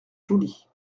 jolie